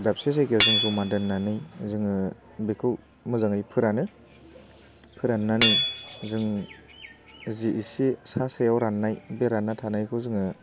दाबसे जायगायाव जों ज'मा दोननानै जोङो बेखौ मोजाङै फोरानो फोराननानै जों जि एसे सा सायाव राननाय बे रानना थानायखौ जोङो